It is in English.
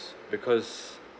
because